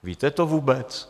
Víte to vůbec?